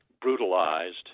brutalized